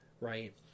Right